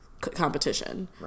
competition